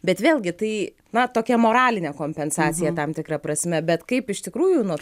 bet vėlgi tai na tokia moralinė kompensacija tam tikra prasme bet kaip iš tikrųjų nuo